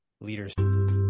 leaders